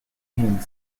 came